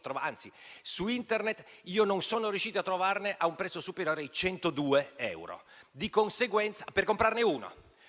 quando su Internet io non sono riuscito a trovarne a un prezzo superiore ai 102 euro. Per comprarne uno!